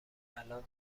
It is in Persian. الان